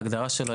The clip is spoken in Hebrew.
בהגדרה שלו,